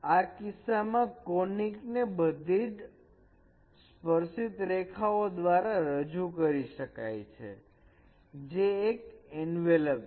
આ કિસ્સામાં કોનીક ને બધી જ સ્પર્ષિત રેખા ઓ દ્વારા રજુ કરી શકાય છે જે એક એન્વેલપ છે